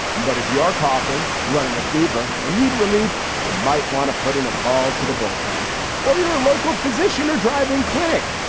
but if you are coughing, running a fever and need relief, you might want to put in a call to the bullpen or your local physician or driving clinic,